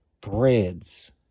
Breads